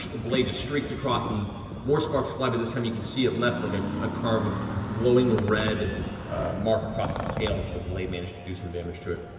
blade just streaks across and more sparks fly, but this time you can see it left like ah a carve of glowing red mark across the scales where the blade managed to do some damage to it.